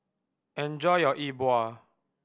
enjoy your Yi Bua